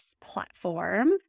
platform